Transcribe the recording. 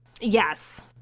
Yes